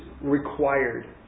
required